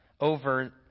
over